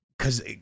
Cause